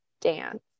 dance